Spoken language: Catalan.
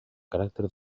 caràcter